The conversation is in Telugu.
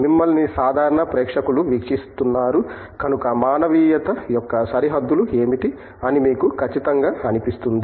మమ్మల్ని సాధారణ ప్రేక్షకులు వీక్షిస్తున్నారు కనుక మానవీయత యొక్క సరిహద్దులు ఏమిటి అని మీకు ఖచ్చితంగా అనిపిస్తుంది